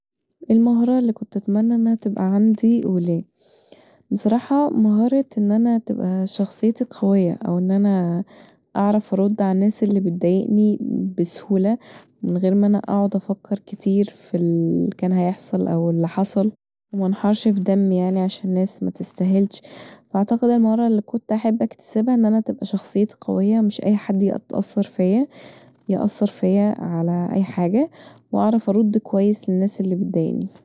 ايه المهارة اللي كنت اتمنى تبقي عندي وليه؟ بصراحه مهارة ان انا تبقي شخصيتي قويه او انا اعرف ارد علي الناس اللي بتضايقني بسهوله من غير ما انا اقعد افكر كتير فاللي كان هيحصل او اللي حصل ومنحرش فدمي ياني عشان ناس متستاهلش اعتقد ان المهاره اللي كنت احب اكتسبها ان انا تبقي شخصيتي قوية مش اي حد يأثر فيا علي اي حاجه واعرف ارد كويس علي الناس اللي بتضايقني